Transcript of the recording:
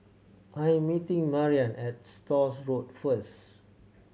I am meeting Mariann at Stores Road first